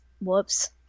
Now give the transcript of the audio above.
Whoops